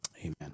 Amen